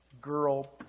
girl